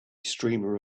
streamer